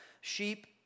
sheep